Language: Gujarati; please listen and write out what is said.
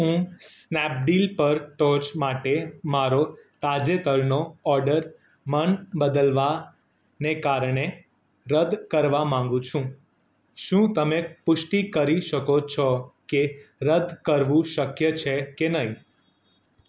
હું સ્નેપડીલ પર ટોચ માટે મારો તાજેતરનો ઓર્ડર મન બદલાવાને કારણે રદ કરવા માગું છું શું તમે પુષ્ટિ કરી શકો છો કે રદ કરવું શક્ય છે કે નહીં